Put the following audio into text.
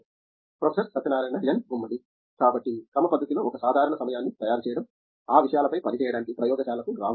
professor Satyanarayana N Gummadi కాబట్టి క్రమపద్ధతిలో ఒక సాధారణ సమయాన్ని తయారుచేయడం ఈ విషయాలపై పని చేయడానికి ప్రయోగశాలకు రావడం